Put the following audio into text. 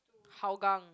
Hougang